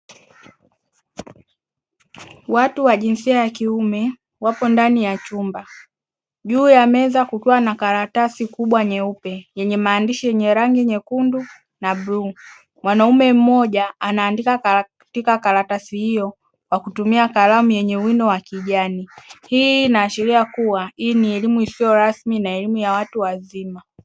Watu wa jinsia ya kiume wapo ndani ya chumba juu ya meza kukiwa na karatasi kubwa nyeupe yenye maandishi yenye rangi nyekundu na blue, mwanaume mmoja anaandika karatasi hiyo kwa kutumia kalamu yenye wino wa kijani hii, inaashiria kuwa hii ni elimu isiyo rasmi na elimu ya watu wazima.